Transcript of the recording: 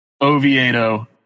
Oviedo